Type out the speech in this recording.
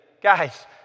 guys